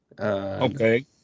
Okay